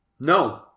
No